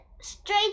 straight